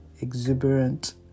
exuberant